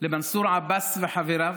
למנסור עבאס וחבריו.